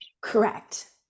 correct